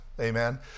Amen